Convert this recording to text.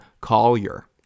Collier